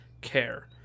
care